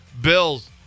Bills